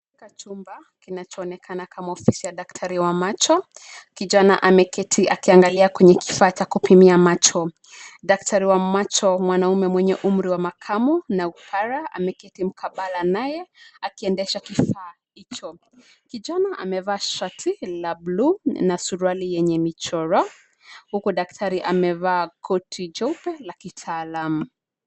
Katika chumba kinachoonekana kama ofisi ya daktari wa macho, kijana ameketi akiangalia kwenye kifaa cha kupimia macho. Daktari wa macho, mwanaume mwenye umri wa makamo na kipara ameketi mkabala naye akiendesha kifaa hicho. Kijana amevaa shati la buluu na suruali yenye michoro, huku daktari amevaa koti jeupe la kitaalamu.